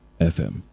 fm